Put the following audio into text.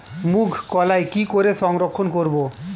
মুঘ কলাই কি করে সংরক্ষণ করব?